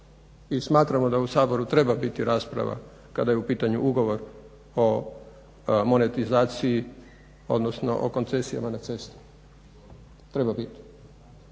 i smatrao da u Saboru treba biti rasprava kada je u pitanju ugovor o monetizaciji, odnosno o koncesijama na cesti, treba biti.